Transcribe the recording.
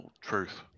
Truth